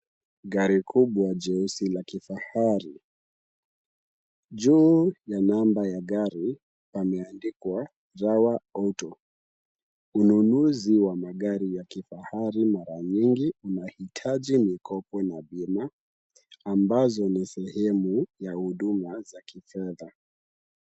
Gari kubwa jeusi la kifahari, juu ya namba ya gari, pameandikwa Jawa Auto. Ununuzi wa magari ya kifahari mara nyingi unahitaji mikopo na bima, ambazo ni sehemu ya huduma za kifedha.